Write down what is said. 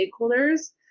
stakeholders